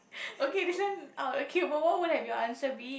okay this one uh okay but what would have your answer be